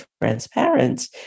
transparent